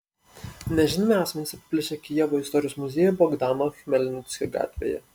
nežinomi asmenys apiplėšė kijevo istorijos muziejų bogdano chmelnickio gatvėje